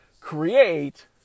create